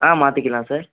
ஆ மாற்றிக்கலாம் சார்